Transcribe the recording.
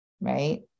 right